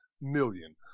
million